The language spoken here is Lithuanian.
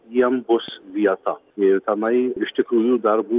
jiem bus vieta ir tenai iš tikrųjų dar bus